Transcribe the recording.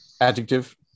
Adjective